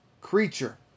creature